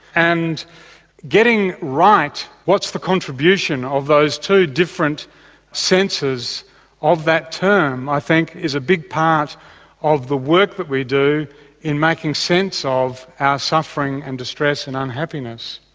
and getting right what's the contribution of those two different senses of that term i think is a big part of the work that we do in making sense of our suffering and distress and unhappiness.